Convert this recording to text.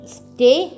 stay